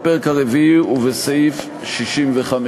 בפרק הרביעי ובסעיף 65,